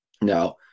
Now